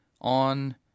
On